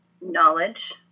knowledge